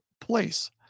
place